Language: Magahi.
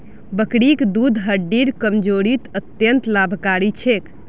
बकरीर दूध हड्डिर कमजोरीत अत्यंत लाभकारी छेक